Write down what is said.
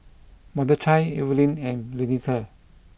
Mordechai Evelin and Renita